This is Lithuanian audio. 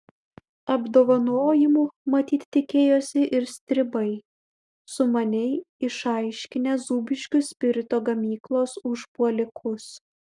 apdovanojimų matyt tikėjosi ir stribai sumaniai išaiškinę zūbiškių spirito gamyklos užpuolikus